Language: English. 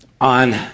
on